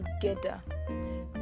together